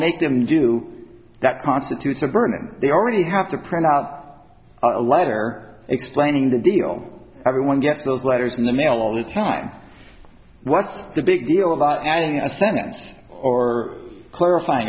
make them do that constitutes a burden they already have to print out a letter explaining the deal everyone gets those letters in the mail all the time what's the big deal about adding a sentence or clarify